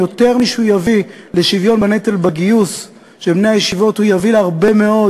יותר משיביא לשוויון בנטל בגיוס של בני הישיבות הוא יביא הרבה מאוד,